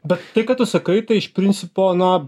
bet tai ką tu sakai tai iš principo na